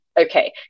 Okay